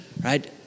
right